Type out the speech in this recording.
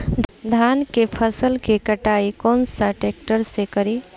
धान के फसल के कटाई कौन सा ट्रैक्टर से करी?